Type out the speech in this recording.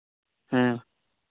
ᱦᱮᱸ